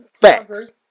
Facts